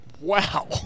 wow